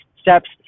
steps